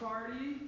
Party